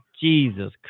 jesus